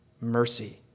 mercy